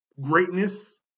greatness